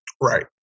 Right